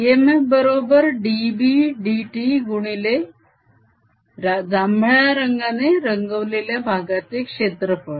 EMF बरोबर dB dt गुणिले जांभळ्या रंगाने रंगवलेल्या भागाचे क्षेत्रफळ